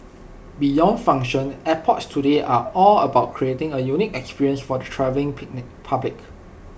beyond function airports today are all about creating A unique experience for the travelling picnic public